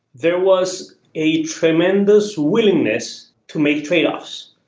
there was a tremendous willingness to make tradeoffs.